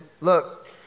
look